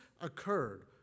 occurred